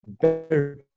better